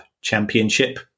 Championship